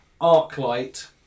ArcLight